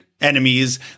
enemies